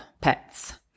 pets